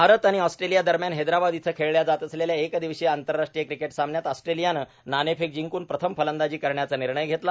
भारत आणि ऑस्ट्रेलिया दरम्यान हैद्राबाद इथं खेळल्या जात असलेल्या एक दिवसीय आंतरराष्ट्रीय क्रिकेट सामन्यात ऑस्ट्रेलियानं नाणेफेक जिंक्न प्रथम फलंदाजी करण्याचा निर्णय घेतला